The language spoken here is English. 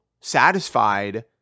satisfied